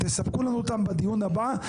תספקו לנו אותם בדיון הבא,